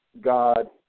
God